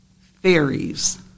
Fairies